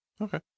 Okay